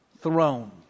throne